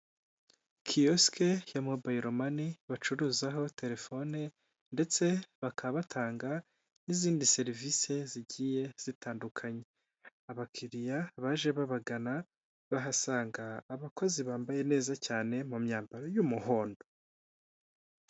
Kiyosike ya mobayiro moni bacururizaho terefone ndetse bakaba batanga n'izindi serivisi zigiye zitandukanye, abakiriya baje babagana bahasanga abakozi bambaye neza cyane mu myambaro y'umuhondo.